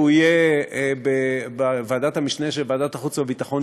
והוא יהיה בוועדת המשנה של ועדת החוץ והביטחון,